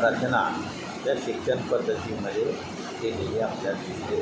रचना त्या शिक्षण पद्धतीमध्ये केलेली आपल्या दिसते